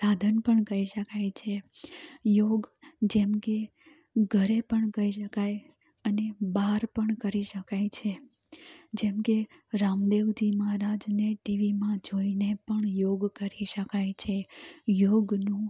સાધન પણ કહી શકાય છે યોગ જેમકે ઘરે પણ કહી શકાય અને બાર પણ કરી શકાય છે જેમકે રામદેવજી મહારાજને ટીવીમાં જોઈને પણ યોગ કરી શકાય છે યોગનું